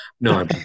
no